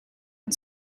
and